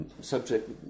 subject